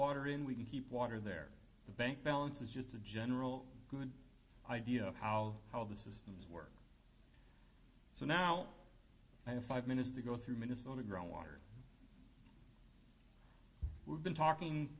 water in we can keep water there the bank balance is just a general good idea of how how the system so now i have five minutes to go through minnesota grown water we've been talking